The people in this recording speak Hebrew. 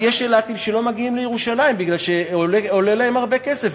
יש אילתים שלא מגיעים לירושלים כי זה עולה להם הרבה כסף,